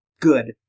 Good